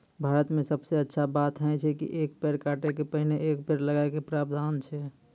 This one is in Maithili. भारत मॅ सबसॅ अच्छा बात है छै कि एक पेड़ काटै के पहिने एक पेड़ लगाय के प्रावधान छै